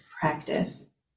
practice